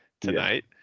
tonight